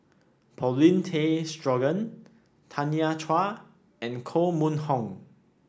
Paulin Tay Straughan Tanya Chua and Koh Mun Hong